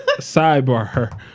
sidebar